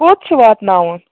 کوٚت چھِ واتناوُن